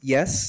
Yes